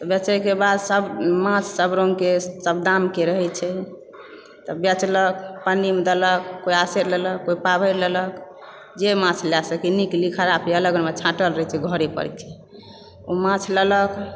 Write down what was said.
तऽ बेचयके बाद सभ माछ सभ रङ्गके सभ दामके रहय छै तऽ बेचलक पन्नीमे देलक कोई आधसेर लेलक कोई पाव भरि लेलक जे माछ लय सकी नीक ली खराब ली अलग अलग ओहिमे छाँटल रहय छै घरे परसँ ओ माछ लेलक